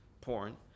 porn